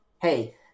Hey